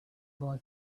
boy